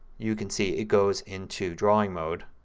you can see it goes into drawing mode.